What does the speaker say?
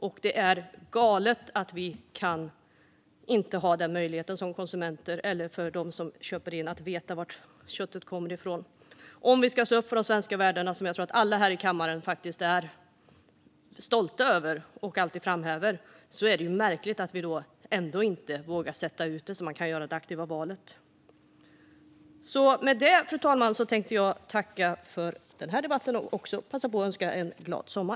Det är helt galet att inköpare och restauranggäster inte kan veta var köttet kommer från. Vi ledamöter vill ju stå upp för de svenska värdena, som vi är stolta över och alltid framhäver, och då är det märkligt att vi inte vågar genomföra detta så att alla kan göra ett aktivt val. Fru talman! Jag tackar för debatten och önskar glad sommar.